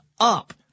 up